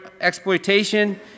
exploitation